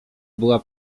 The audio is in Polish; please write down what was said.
była